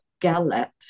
galette